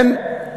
כן,